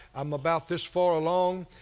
i'm about this far along,